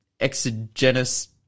exogenous